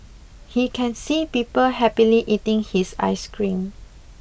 he can see people happily eating his ice cream